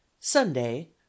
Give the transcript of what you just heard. sunday